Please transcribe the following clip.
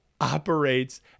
operates